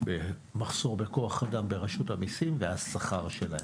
המחסור בכוח אדם ברשות המיסים והשכר שלהם.